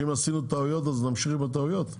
שאם עשינו טעויות אז נמשיך בטעויות?